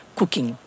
cooking